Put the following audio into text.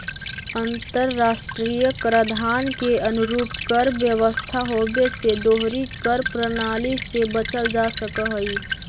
अंतर्राष्ट्रीय कराधान के अनुरूप कर व्यवस्था होवे से दोहरी कर प्रणाली से बचल जा सकऽ हई